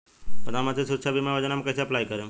प्रधानमंत्री सुरक्षा बीमा योजना मे कैसे अप्लाई करेम?